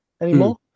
anymore